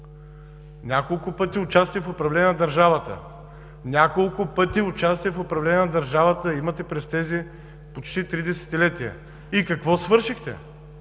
Няколко пъти участие в управлението на държавата имате през тези почти три десетилетия и какво свършихте?